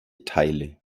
teile